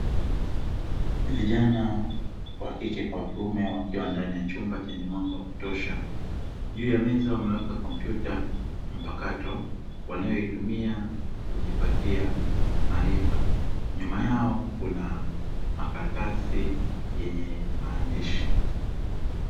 Vijana wa kike kwa wa kiume wakiwa ndani ya chumba chenye mwanga wa kutosha, juu ya meza wameweka kompyuta mpakato wanayoitumia kujipatia maarifa, nyuma yao kuna makaratasi yenye maandishi.